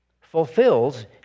fulfills